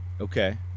Okay